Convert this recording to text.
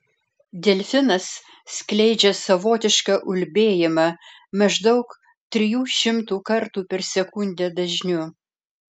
delfinas skleidžia savotišką ulbėjimą maždaug trijų šimtų kartų per sekundę dažniu